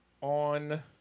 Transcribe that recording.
on